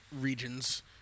regions